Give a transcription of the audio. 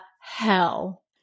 hell